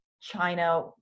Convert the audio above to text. China